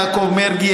יעקב מרגי,